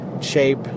shape